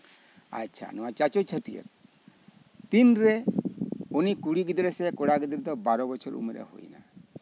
ᱟᱨ ᱪᱟᱪᱳ ᱪᱷᱟᱹᱴᱭᱟᱹᱨ ᱛᱤᱱᱨᱮ ᱩᱱᱤ ᱠᱩᱲᱤ ᱜᱤᱫᱽᱨᱟᱹ ᱥᱮ ᱠᱚᱲᱟ ᱜᱤᱫᱽᱨᱟᱹ ᱵᱟᱨᱚ ᱵᱚᱪᱷᱚᱨ ᱩᱢᱮᱹᱨ ᱮ ᱦᱩᱭ ᱮᱱᱟ